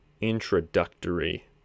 introductory